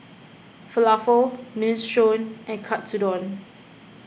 Falafel Minestrone and Katsudon